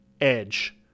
Edge